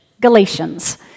Galatians